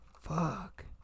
fuck